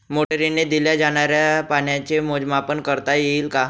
मोटरीने दिल्या जाणाऱ्या पाण्याचे मोजमाप करता येईल का?